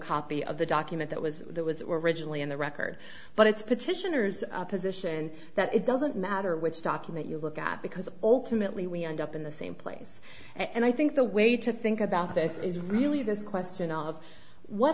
of the document that was there was originally in the record but it's petitioners position that it doesn't matter which document you look at because ultimately we end up in the same place and i think the way to think about this is really this question of what